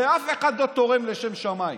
הרי אף אחד לא תורם לשם שמיים.